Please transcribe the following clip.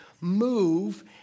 move